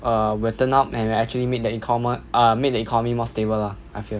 err will turn up and will actually make the econo~ err make the economy more stable lah I feel